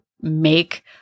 make